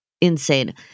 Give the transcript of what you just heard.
Insane